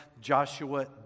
joshua